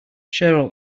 cheryl